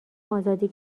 آزادی